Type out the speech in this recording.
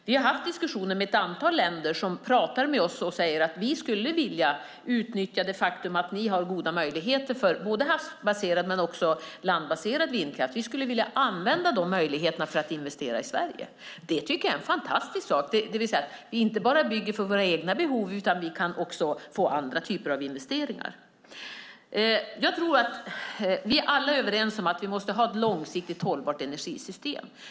Vi har haft diskussioner med ett antal länder som talar med oss och säger att de skulle vilja utnyttja det faktum att vi har goda möjligheter för både havsbaserad och landbaserad vindkraft och att de skulle vilja använda dessa möjligheter för att investera i Sverige. Det är fantastiskt, alltså att vi inte bara bygger för våra egna behov utan att vi också kan få andra typer av investeringar. Jag tror att vi alla är överens om att vi måste ha ett långsiktigt hållbart energisystem.